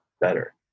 better